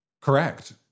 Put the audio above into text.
Correct